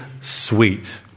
sweet